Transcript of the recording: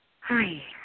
Hi